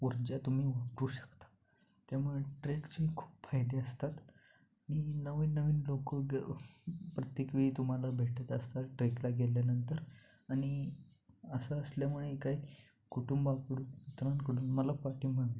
उर्जा तुम्ही वापरू शकता त्यामुळे ट्रेकचे खूप फायदे असतात आणि नवीन नवीन लोक ग प्रत्येक वेळी तुम्हाला भेटत असतात ट्रेकला गेल्यानंतर आणि असं असल्यामुळे काही कुटुंबाकडून मित्रांकडून मला पाठिंबा मिळतो